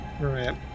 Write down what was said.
right